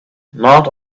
not